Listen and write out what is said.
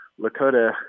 Lakota